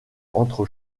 entre